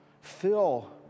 Fill